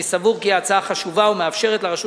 אני סבור כי ההצעה חשובה ומאפשרת לרשות